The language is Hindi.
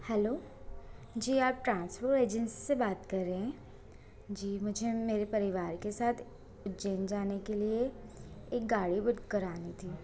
हेलो जी आप ट्रांसपोर्ट एजेंसी से बात कर रहें है जी मुझे मेरे परिवार के साथ उज्जैन जाने के लिए एक गाड़ी बुक करानी थी